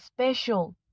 special